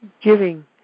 Giving